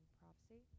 prophecy